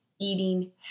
eating